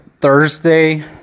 thursday